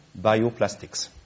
bioplastics